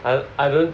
I I don't